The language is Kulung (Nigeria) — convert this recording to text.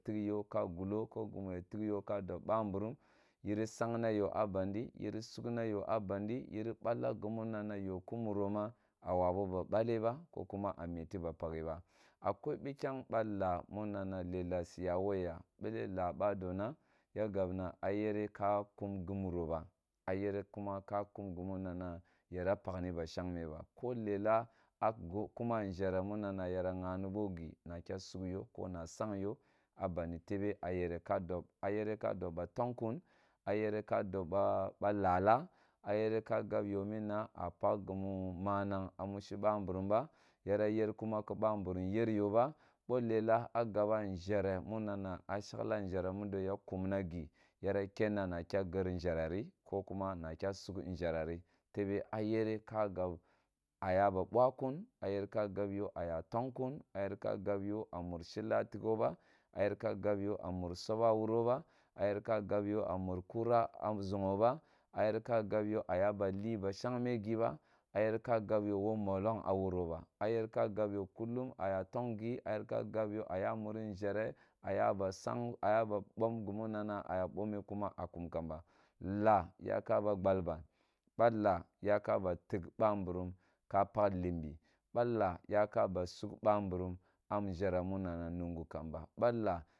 Tig yo ka gulo ko gumo ya tug yo ka dob ba mburum yeri sang na yo a bandi yiri sug na na yo kumuro ma a waba ba balle ba ko kuma a mutu ba pakhe ba a kwai bikgan ba laa muna na lela siya wo ya beli laa ba do na yere ka kum gimero ba a yere kuma ka kum gimuna na yara oakh na ba shagmeba. Ko lela a kuma nʒhere muna na yara ghani bo na kya sug yo ko na sang yoa bandi tebe a yere kadan a yere ka dob ba tong kim a yere ka dob ba wa tong kim a yere ka dob ba ba lalaa yere ka gab yo mma a pakh gimu manang a musho bamburum ba yara yer kuma ki ba mburum yer kuma ki ba mburum yeryo ba bo lela a gaba nzere munana a shagha nʒhere mulo ya kunna gi yara kenna na kya ger nʒehere ri ki kuma na kya ger nzɦere ri ko kuma na kya sug tebe a yere ka gab a ba boa kun a yerka gab yo a ya tong kun a yer ka gab yo a musrshilla tigha ba a yer ka gab ya mur soba a wuro bi a yer gab ya a mur kuna ʒogho ba a yer ka gab yo a yaba li ba shang me gi ba a yer la gab yo wo mollong a wuro ba a yer ka gab yo a ya muri nʒhere a yaba sang a ya ba bom zogho ba a yer ka gab yo a yaba li ba shangme gi ba a yer ka gab yo wo mollong a wuro ba a yer ka gab yo kulum a ya tang gi a yer ka gab yo a ta muri nʒhere a yaba sang a yaba bom ofimu nana a ya bome kuma a kum kamba laa ya ka ba ghbal ban ba laa yaka ba tug ba laa yaka ba sug bamburum a nʒhee mu nana mungu kamba ba laa